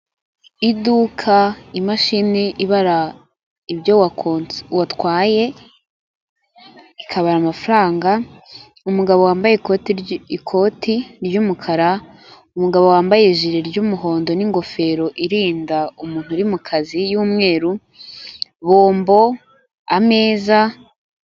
Iduka imashini ibara ibyo watwaye ikabara amafaranga, umugabo wambaye ikoti ry'umukara, umugabo wambaye ijiri ry'umuhondo n'ingofero irinda umuntu uri mu kazi y'umweru, bombo, ameza.